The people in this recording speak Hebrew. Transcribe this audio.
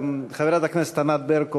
חברת הכנסת ענת ברקו,